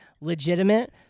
legitimate